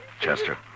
Chester